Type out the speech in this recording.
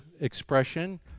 expression